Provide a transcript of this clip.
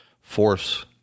force